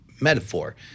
metaphor